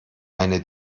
eine